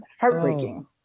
heartbreaking